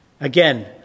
Again